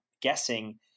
guessing